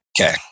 Okay